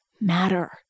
matter